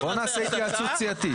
בואו נעשה התייעצות סיעתית.